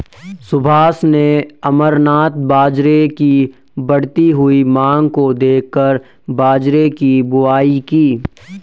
सुभाष ने अमरनाथ बाजरे की बढ़ती हुई मांग को देखकर बाजरे की बुवाई की